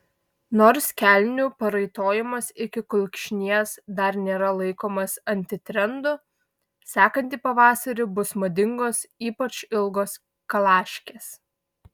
nors kelnių paraitojimas iki kulkšnies dar nėra laikomas antitrendu sekantį pavasarį bus madingos ypač ilgos kalaškės